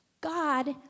God